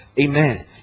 Amen